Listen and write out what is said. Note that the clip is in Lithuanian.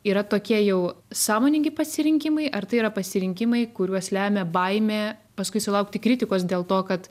yra tokie jau sąmoningi pasirinkimai ar tai yra pasirinkimai kuriuos lemia baimė paskui sulaukti kritikos dėl to kad